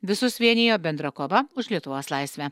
visus vienijo bendra kova už lietuvos laisvę